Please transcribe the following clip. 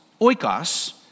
oikos